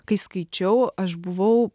kai skaičiau aš buvau